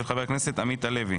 של חבר הכנסת עמית הלוי.